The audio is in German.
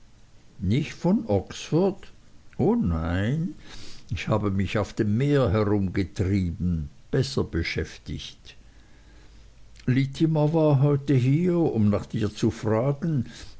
nicht von oxford o nein ich habe mich auf dem meer herumgetrieben besser beschäftigt littimer war heute hier um nach dir zu fragen